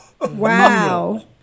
Wow